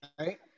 right